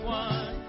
one